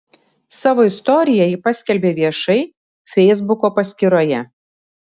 savo istoriją ji paskelbė viešai feisbuko paskyroje